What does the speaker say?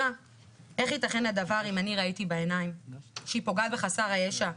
איך ייתכן הדבר אם אני ראיתי בעיניים שהיא פוגעת בחסר הישע,